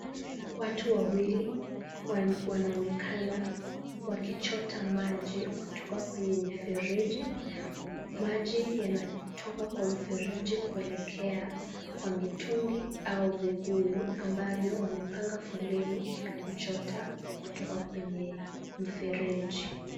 Watu wawili wanaonekana wakichota maji kutoka kwenye mifereji. Maji yanatoka kwa mfereji kuelekea kwa mitungi au vibuyu ambavyo wamepanga foleni kuchota kutoka kwenye mfereji.